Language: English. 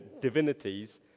divinities